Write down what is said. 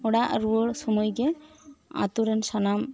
ᱚᱲᱟᱜ ᱨᱩᱣᱟᱹᱲ ᱥᱚᱢᱚᱭ ᱜᱮ ᱟᱛᱳ ᱨᱮᱱ ᱥᱟᱱᱟᱢ